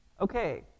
Okay